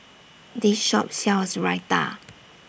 This Shop sells Raita